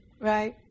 Right